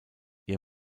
ihr